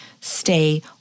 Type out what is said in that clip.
stay